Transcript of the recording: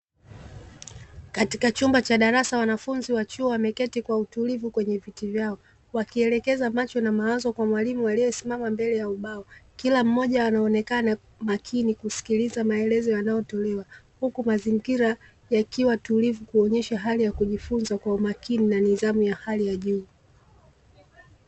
Katika chumba cha darasa wanafunzi wa chuo wameketi kwa utulivu kwenye viti vyao, wakielekeza macho na mawazo kwa mwalimu aliye simama mbele ya ubao. Kila mmoja anaonekana makini kusikiliza maelezo yanayotolewa, huku mazingira yakiwa tulivu kuonyesha hali ya kujifunza kwa umakini na nidhamu ya hali ya juu.